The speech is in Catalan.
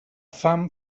fam